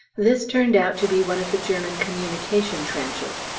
this turned out to be one of the german communication trenches.